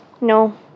No